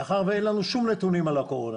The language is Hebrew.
מאחר ואין לנו שום נתונים על הקורונה